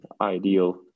ideal